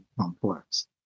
complex